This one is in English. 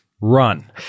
Run